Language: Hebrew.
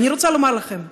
ואני רוצה לומר לכם,